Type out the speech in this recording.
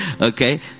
Okay